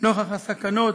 נוכח הסכנות